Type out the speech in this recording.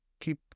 keep